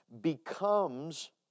becomes